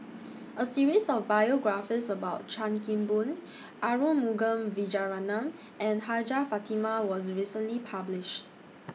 A series of biographies about Chan Kim Boon Arumugam Vijiaratnam and Hajjah Fatimah was recently published